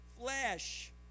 flesh